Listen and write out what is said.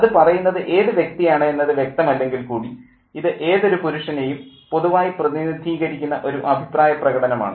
അത് പറയുന്നത് ഏതു വ്യക്തിയാണ് എന്നത് വ്യക്തമല്ലെങ്കിൽ കൂടി ഇത് ഏതൊരു പുരുഷനേയും പൊതുവായി പ്രതിനിധീകരിക്കുന്ന ഒരു അഭിപ്രായ പ്രകടനമാണ്